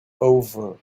over